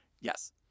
Yes